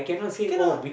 cannot